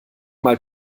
mal